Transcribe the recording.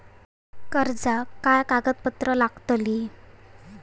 कर्जाक काय कागदपत्र लागतली?